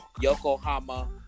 Yokohama